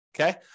okay